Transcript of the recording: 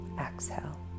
Exhale